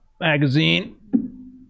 Magazine